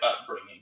upbringing